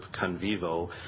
Convivo